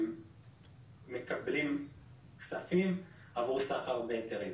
שמקבלים כספים עבור סחר בהיתרים.